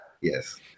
Yes